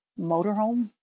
motorhome